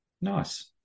Nice